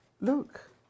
look